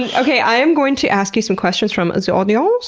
yeah okay, i'm going to ask you some questions from ze audience.